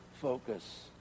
focus